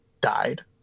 died